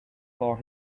for